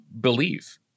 believe